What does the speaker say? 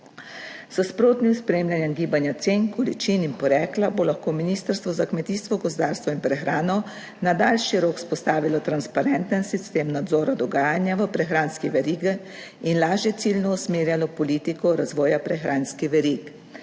S sprotnim spremljanjem gibanja cen, količin in porekla bo lahko Ministrstvo za kmetijstvo, gozdarstvo in prehrano na daljši rok vzpostavilo transparenten sistem nadzora dogajanja v prehranski verigi in lažje ciljno usmerjeno politiko razvoja prehranskih verig.